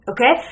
Okay